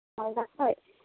ᱢᱟᱞᱫᱟ ᱠᱷᱚᱡ